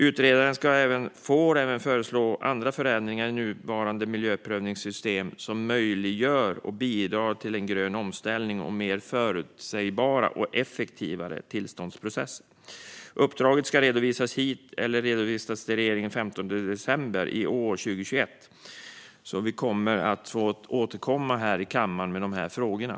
Utredaren får även föreslå andra förändringar i nuvarande miljöprövningssystem som möjliggör och bidrar till en grön omställning genom mer förutsägbara och effektivare tillståndsprocesser. Uppdraget ska redovisas för regeringen senast den 15 december i år, 2021, så vi kommer här i kammaren att återkomma med frågorna.